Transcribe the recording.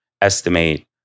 estimate